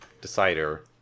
decider